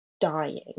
dying